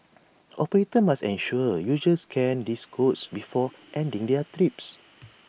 operators must ensure users scan these codes before ending their trips